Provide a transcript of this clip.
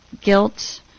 guilt